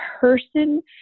person